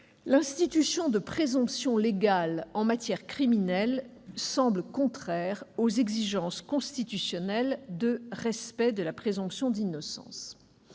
l'institution de présomptions légales en matière criminelle semble contraire aux exigences constitutionnelles de respect de la présomption d'innocence.